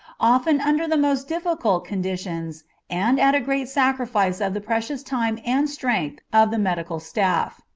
often under the most difficult conditions and at a great sacrifice of the precious time and strength of the medical staff.